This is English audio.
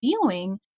feeling